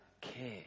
care